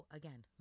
again